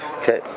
Okay